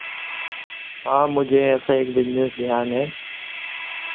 हाँ मुझे ऐसा एक बिज़नेस ध्यान है